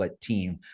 team